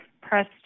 press